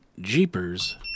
Jeepers